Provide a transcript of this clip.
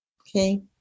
Okay